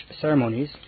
Ceremonies